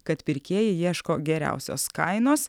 kad pirkėjai ieško geriausios kainos